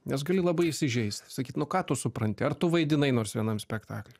nes gali labai įsižeist sakyti nu ką tu supranti ar tu vaidinai nors vienam spektakliui